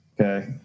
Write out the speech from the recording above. okay